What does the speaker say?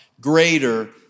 greater